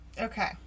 Okay